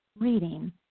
reading